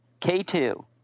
K2